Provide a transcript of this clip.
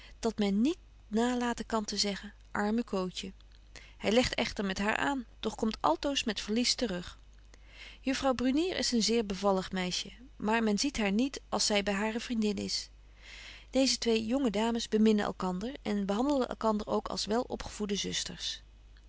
dat men niet nalaten kan te zeggen arme cootje hy legt echter met haar aan doch komt altoos met verlies te rug juffrouw brunier is een zeer bevallig meisje maar men ziet haar niet als zy by hare vriendin is deeze twee jonge dames beminnen elkander en behandelen elkander ook als welopgevoedde zusters